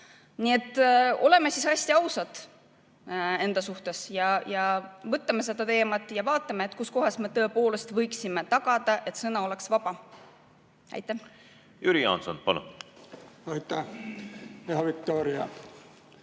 Nii et oleme hästi ausad enda suhtes ja vaatame seda teemat ja vaatame, kus kohas me tõepoolest võiksime tagada, et sõna oleks vaba. Jüri Jaanson, palun! Jüri Jaanson,